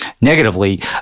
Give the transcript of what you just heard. negatively